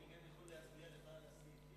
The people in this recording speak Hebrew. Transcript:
אני גם יכול להצביע לך על הסעיפים.